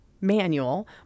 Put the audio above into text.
manual